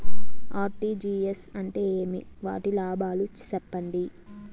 RTGS అంటే ఏమి? వాటి లాభాలు సెప్పండి?